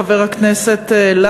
חבר הכנסת,